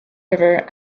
river